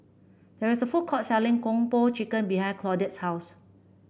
there is a food court selling Kung Po Chicken behind Claudette's house